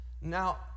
Now